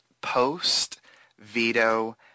post-veto